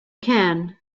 can